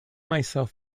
myself